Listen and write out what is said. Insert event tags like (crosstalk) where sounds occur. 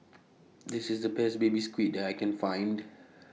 (noise) This IS The Best Baby Squid that I Can Find (noise)